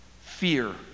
Fear